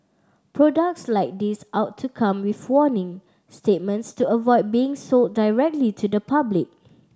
products like these ought to come with warning statements to avoid being sold directly to the public